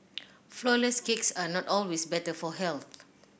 flourless cakes are not always better for health